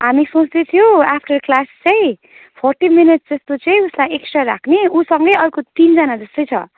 हामी सोच्दै थियौँ आफ्टर क्लास चाहिँ फोर्टी मिनट जस्तो चाहिँ उसलाई एक्स्ट्रा राख्ने उसँगै अर्को तिनजनाजस्तै छ